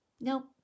Nope